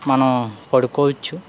మనం పడుకోవచ్చు